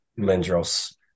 Lindros